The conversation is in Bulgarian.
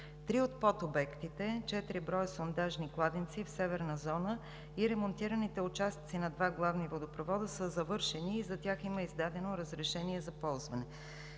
Три от подобектите – четири броя сондажни кладенци в „Северна зона“, ремонтираните участъци на два главни водопровода са завършени, и за тях има издадено разрешение за ползване.